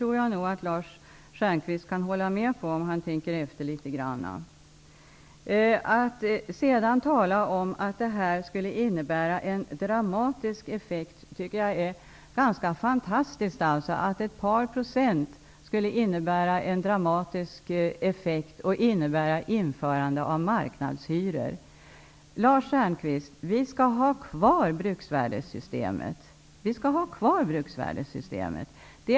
Jag tror nog att Lars Stjernkvist kan hålla med om det, om han tänker efter litet grand. Det är ganska fantastiskt att tala om att detta skulle innebära en dramatisk effekt. Ett par procent skulle innebära en dramatisk effekt och innebära ett införande av marknadshyror. Vi skall ha kvar bruksvärdessystemet, Lars Stjernkvist. Vi skall ha kvar det.